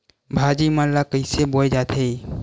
भाजी मन ला कइसे बोए जाथे?